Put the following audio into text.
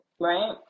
right